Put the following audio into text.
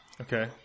Okay